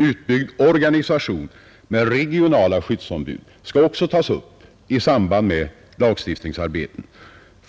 med regionala skyddsombud utbyggd organisation skall också tas upp i samband med lagstiftningsarbetet.